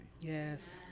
Yes